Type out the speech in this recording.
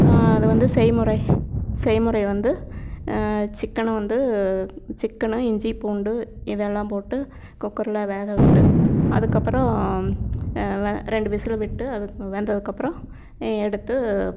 அதுவந்து செய்முறை செய்முறை வந்து சிக்கனை வந்து சிக்கனு இஞ்சி பூண்டு இதெல்லாம் போட்டு குக்கரில் வேகவிட்டு அதுக்கு அப்பறோம் ரெண்டு விசில் விட்டு வெந்ததுக்கப்றோம் எடுத்து